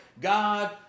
God